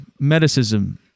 medicism